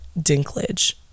Dinklage